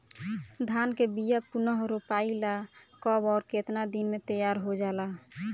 धान के बिया पुनः रोपाई ला कब और केतना दिन में तैयार होजाला?